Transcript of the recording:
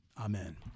Amen